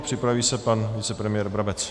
Připraví se pan vicepremiér Brabec.